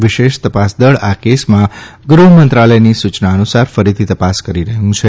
વિશેષ ત ાસ દળ આ કેસમાં ગુહ્ મંત્રાલયની સૂચના અનુસાર ફરીથી તૈાસ કરી રહ્યું છે